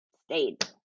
Stayed